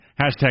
Hashtag